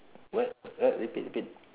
what what repeat repeat